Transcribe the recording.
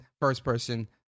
first-person